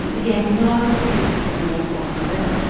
he had no sense of remorse whatsoever.